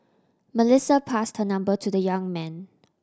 Melissa passed her number to the young man